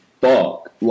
fuck